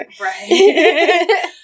Right